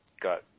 got